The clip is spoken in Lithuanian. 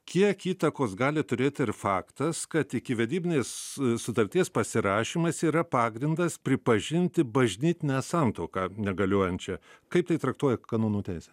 kiek įtakos gali turėti ir faktas kad ikivedybinės sutarties pasirašymas yra pagrindas pripažinti bažnytinę santuoką negaliojančia kaip tai traktuoja kanonų teisė